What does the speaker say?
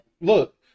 look